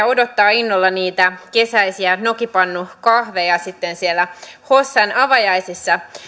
odottaa innolla niitä kesäisiä nokipannukahveja siellä hossan avajaisissa